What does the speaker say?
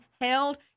held